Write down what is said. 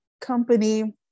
company